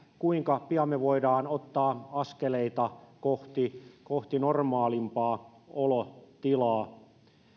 kuinka pian me voimme ottaa askeleita kohti kohti normaalimpaa olotilaa